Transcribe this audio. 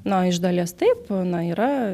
na iš dalies taip na yra